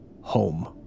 home